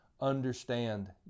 understand